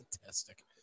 Fantastic